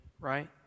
right